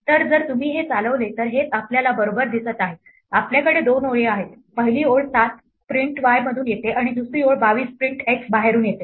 तर जर तुम्ही हे चालवले तर हेच आपल्याला बरोबर दिसत आहे आपल्याकडे दोन ओळी आहेत पहिली ओळ 7 प्रिंट y मधून येते आणि दुसरी ओळ 22 प्रिंट x बाहेरून येते